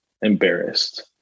embarrassed